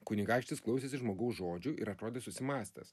kunigaikštis klausėsi žmogaus žodžių ir atrodė susimąstęs